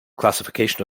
classification